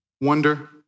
wonder